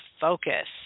focus